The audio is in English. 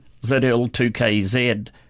ZL2KZ